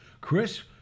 Chris